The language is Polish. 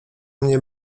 mnie